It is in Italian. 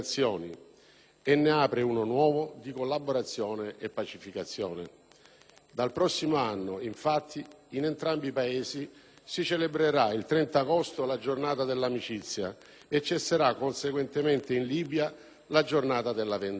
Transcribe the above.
e ne apre uno nuovo, di collaborazione e pacificazione. Dal prossimo anno, infatti, in entrambi i Paesi sì celebrerà, il 30 agosto, la «Giornata dell'amicizia» e cesserà conseguentemente in Libia la «Giornata della vendetta».